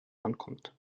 ankommt